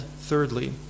thirdly